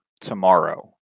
tomorrow